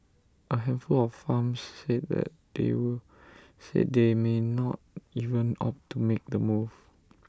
A handful of farms said that they would said they may not even opt to make the move